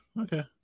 Okay